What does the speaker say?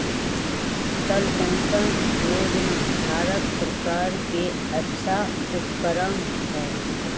Atal pension योजना भारत सर्कार के अच्छा उपक्रम हई